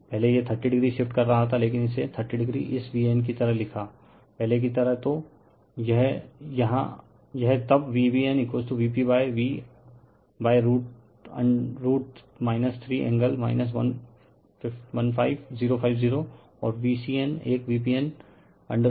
पहले यह 30o shift कर रहा था लेकिन इसे 30o इस Van की तरह लिखा पहले की तरह तो यह तब Vbn Vp V√ 3 एंगल 15050 और Vcn एक Vpn √3 एंगल 90o होगा